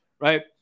Right